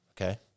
Okay